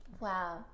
Wow